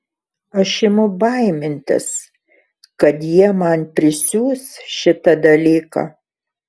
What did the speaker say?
aš imu baimintis kad jie man prisiūs šitą dalyką